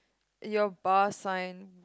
your bar sign